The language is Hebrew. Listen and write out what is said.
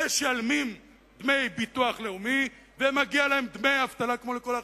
הם משלמים דמי ביטוח לאומי ומגיעים להם דמי אבטלה כמו לכל האחרים.